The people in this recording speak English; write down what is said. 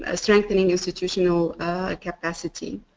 ah strengthening institutional capacity.